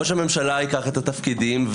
ראש הממשלה ייקח את התפקידים.